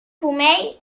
pomell